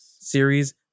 series